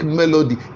melody